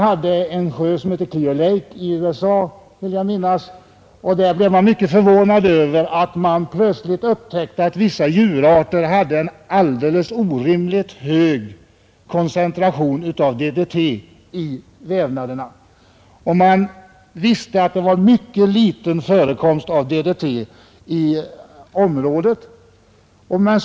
Man blev i USA mycket förvånad när man plötsligt upptäckte att i en sjö som heter Clear Lake vissa djur hade en orimligt hög koncentration av DDT i vävnaderna. Man visste nämligen att förekomsten av DDT i området var mycket liten.